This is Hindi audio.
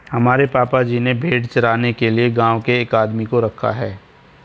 हमारे पापा जी ने भेड़ चराने के लिए गांव के एक आदमी को रखा है